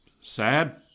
sad